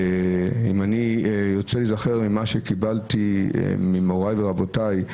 אם אני נזכר בהתנהלות ובהתנהגות שקיבלתי ממוריי ורבותיי,